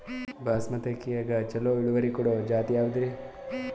ಬಾಸಮತಿ ಅಕ್ಕಿಯಾಗ ಚಲೋ ಇಳುವರಿ ಕೊಡೊ ಜಾತಿ ಯಾವಾದ್ರಿ?